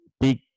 big